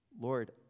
Lord